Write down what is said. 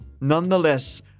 Nonetheless